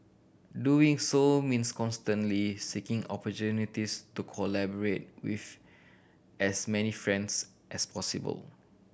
doing so means constantly seeking opportunities to collaborate with as many friends as possible